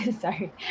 Sorry